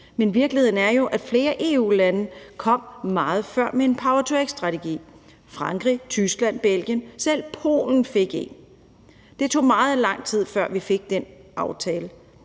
Men virkeligheden er jo, at flere EU-lande kom meget før med en power-to-x-strategi – Frankrig, Tyskland, Belgien, selv Polen fik en. Det tog meget lang tid, før vi fik den aftale,